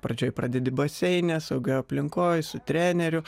pradžioje pradedi baseine saugioj aplinkoj su treneriu